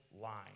line